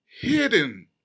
hidden